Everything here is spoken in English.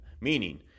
Meaning